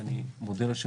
ואני מודה ליושב-ראש.